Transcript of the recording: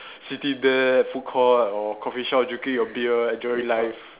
sitting there food court or coffee shop drinking your beer enjoying life